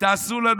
תעשו לנו,